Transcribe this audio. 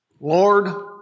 Lord